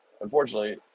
unfortunately